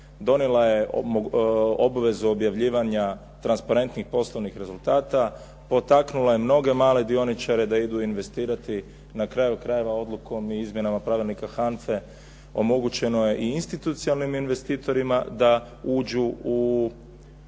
donijela je obvezu objavljivanja transparentnih poslovnih rezultata, potaknula je mnoge male dioničare da idu investirati. Na kraju krajeva odlukom i izmjenama pravilnika HANFA-e omogućeno je i institucionalnim investitorima da uđu u